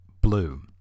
Blue